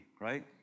right